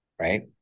right